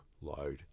load